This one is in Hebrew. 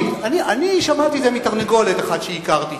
אמרה עממית, אני שמעתי את זה מתרנגולת אחת שהכרתי.